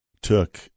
took